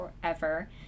forever